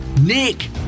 Nick